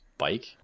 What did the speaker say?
bike